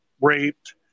raped